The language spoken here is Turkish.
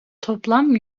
toplam